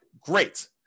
great